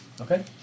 Okay